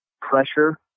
pressure